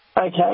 okay